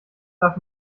darf